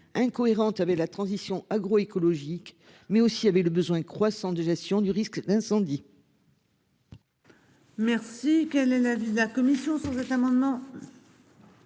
incohérente avait la transition agroécologique mais aussi avec le besoin croissant de gestion du risque d'incendie.